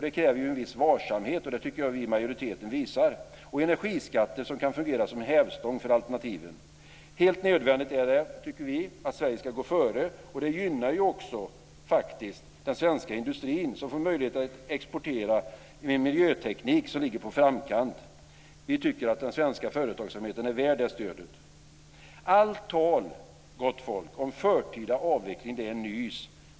Det kräver en viss varsamhet - och det tycker jag vi i majoriteten visar - och energiskatter som kan fungera som hävstång för alternativen. Det är helt nödvändigt att Sverige ska gå före. Det gynnar också den svenska industrin, som får möjlighet att exportera miljöteknik som ligger på framkant. Den svenska företagsamheten är värd det stödet. Allt tal, gott folk, om "förtida" avveckling är nys!